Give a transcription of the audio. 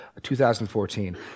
2014